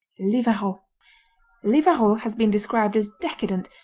livarot livarot has been described as decadent,